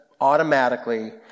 automatically